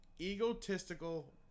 Egotistical